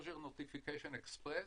Exposure Notification Express.